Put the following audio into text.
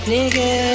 Nigga